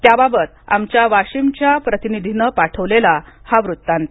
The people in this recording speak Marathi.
त्याबात आमच्या वाशिमच्या प्रतिनिधीनं पाठवलेला हा वृत्तांत